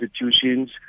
institutions